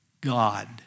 God